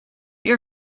your